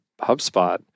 HubSpot